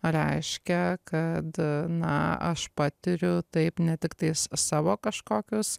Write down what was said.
reiškia kad na aš patiriu taip ne tiktais savo kažkokias